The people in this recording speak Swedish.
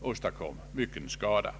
åstadkom mycken skada.